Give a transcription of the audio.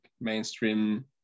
mainstream